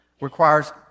requires